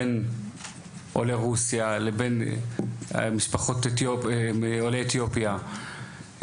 בין עולי רוסיה לבין המשפחות עולי אתיופיה,